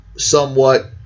somewhat